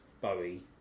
Bowie